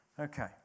Okay